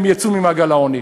יצאו ממעגל העוני.